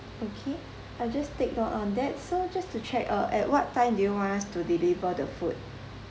okay I'll just take note on that so just to check uh at what time do you want us to deliver the food